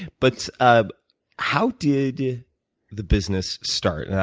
but ah how did the business start? and